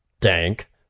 dank